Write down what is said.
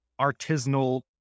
artisanal